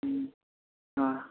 हम्म हाँ